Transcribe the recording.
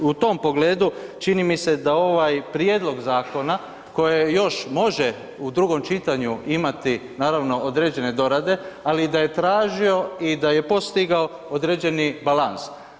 U tom pogledu, čini mi se da ovaj prijedlog zakona koje još može u drugom čitanju imati naravno, određene dorade, ali da je tražio i da je postigao određeni balans.